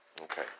Okay